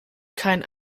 keinen